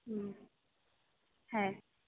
হুম হ্যাঁ